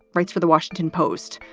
writes for the washington post,